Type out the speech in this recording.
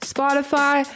Spotify